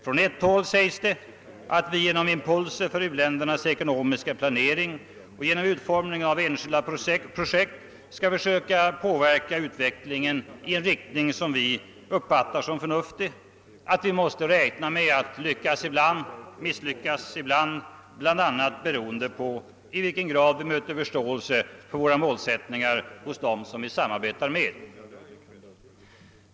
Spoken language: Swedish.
Från ett håll sägs det att vi genom impulser för u-ländernas ekonomiska planering och genom utformningen av enskilda projekt skall försöka påverka utvecklingen i en riktning som vi uppfattar som förnuftig, att vi måste räkna med att lyckas ibland och misslyckas ibland, bl.a. beroende på i vilken grad vi möter förståelse för våra målsättningar hos dem vi samarbetar med.